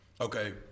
okay